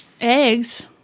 Eggs